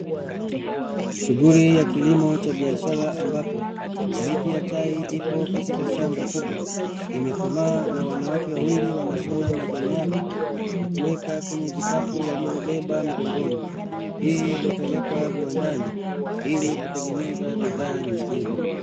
Shughuli ya kilimo cha biashara ambapo miti ya chai ipo katika shamba kubwa imekomaa na wanawake wawili wanavuna majani yake nakuweka kwenye vikapu walivyobeba mgongoni hii hupelekwa viwandani ilikutengeneza bidhaa nyingine.